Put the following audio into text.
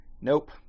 Nope